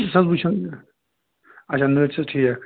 أسۍ حظ وُچھو اچھا نٔری چھِس ٹھیٖک